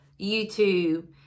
YouTube